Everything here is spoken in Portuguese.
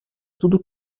tudo